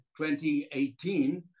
2018